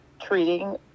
treating